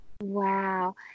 Wow